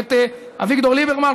ואת אביגדור ליברמן,